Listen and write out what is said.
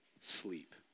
sleep